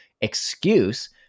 excuse